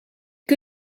que